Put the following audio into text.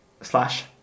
slash